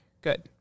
good